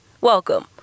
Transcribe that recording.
Welcome